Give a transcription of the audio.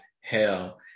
hell